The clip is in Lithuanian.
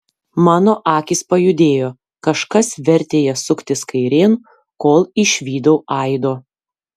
mano akys pajudėjo kažkas vertė jas suktis kairėn kol išvydau aido